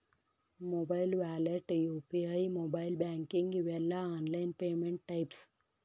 mobile wallet UPI mobile banking ಇವೆಲ್ಲ online payment types